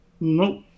Nope